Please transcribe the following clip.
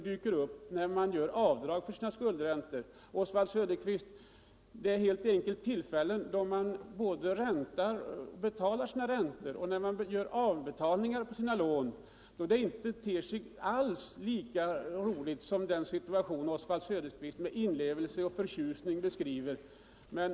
Det finns tillfällen då man skall betala både sina räntor och avbetalningar på sina lån, och då är det inte alls lika roligt som den situation Oswald Söderqvist med inlevelse och förtjusning beskriver.